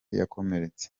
yakomeretse